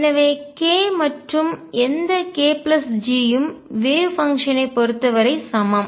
எனவே k மற்றும் எந்த k G ம் வேவ் பங்ஷன் ஐ அலை செயல்பாடு பொருத்தவரை சமம்